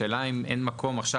השאלה היא אם אין מקום עכשיו,